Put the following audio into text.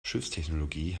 schiffstechnologie